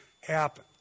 happen